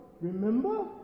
Remember